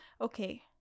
Okay